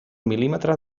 mil·límetre